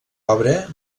obra